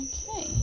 Okay